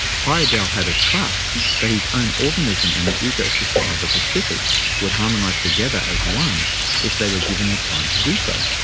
heyerdahl had a trust that his own organism and the ecosystem of the pacific would harmonize together as one if they were given the time to do so.